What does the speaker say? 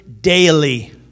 daily